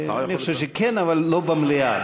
אני חושב שכן, אבל לא במליאה.